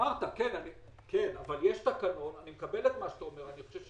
אני מקבל את מה שאתה אומר שיש